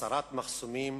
הסרת מחסומים,